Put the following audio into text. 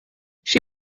she